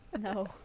No